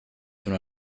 when